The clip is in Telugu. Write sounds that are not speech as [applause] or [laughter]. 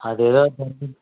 అదేదో [unintelligible]